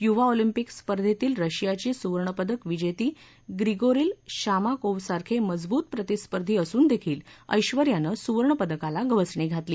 युवा ऑलंपिक स्पर्धेतील रशियाची सुवर्ण पदक विजेती प्रिगोरिल शामाकोवसारखे मजबूत प्रतिस्पर्धी असून देखील ऐश्वर्यानं सुवर्ण पदकाला गवसणी घातली